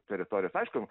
teritorijos aišku